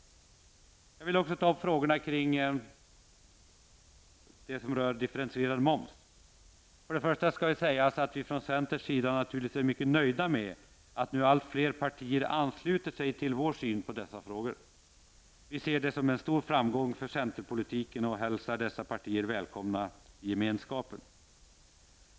Jag vill också ta upp frågorna om differentierad moms. För det första skall sägas att vi i centern naturligtvis är nöjda med att allt fler partier ansluter sig till vår syn på dessa frågor. Vi ser det som en stor framgång för centerpolitiken och hälsar dessa partier välkomna i gemenskapen.